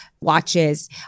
watches